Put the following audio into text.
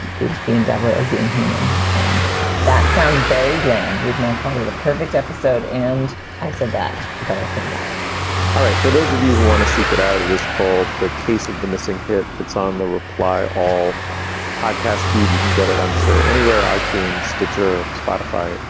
the the endeavor of being human. and that sounds very grand. we've now called it a perfect episode. and i said that. but i stand by it all right. for those of you who want to seek it out, it is called the case of the missing hit. it's on the reply all podcast feed you can get it, i'm sure anywhere are tune, stitcher, spotify,